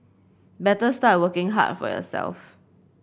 better start working hard for yourself